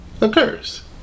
occurs